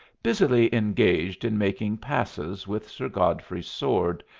busily engaged in making passes with sir godfrey's sword,